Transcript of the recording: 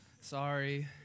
Sorry